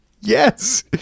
yes